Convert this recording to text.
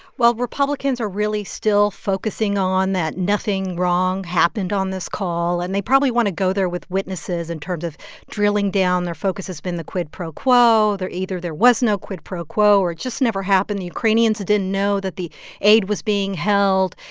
well, republicans are really still focusing on that nothing wrong happened on this call. and they probably want to go there with witnesses in terms of drilling down, their focus has been the quid pro quo. there either there was no quid pro quo, or it just never happened. the ukrainians didn't know that the aid was being held.